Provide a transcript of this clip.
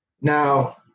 now